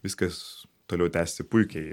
viskas toliau tęsėsi puikiai